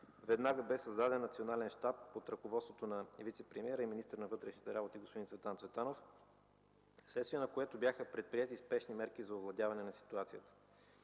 веднага бе създаден национален щаб под ръководството на вицепремиера и министър на вътрешните работи господин Цветан Цветанов, вследствие на което бяха предприети спешни мерки за овладяване на ситуацията.